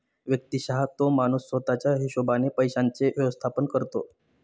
व्यक्तिशः तो माणूस स्वतः च्या हिशोबाने पैशांचे व्यवस्थापन करतो